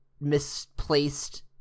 misplaced